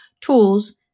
tools